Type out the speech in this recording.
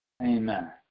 Amen